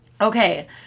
okay